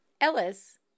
Ellis